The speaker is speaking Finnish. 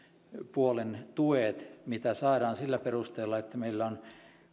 puolen tuet mitä saadaan sillä perusteella että meillä on